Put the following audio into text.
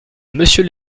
monsieur